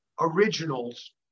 originals